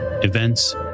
Events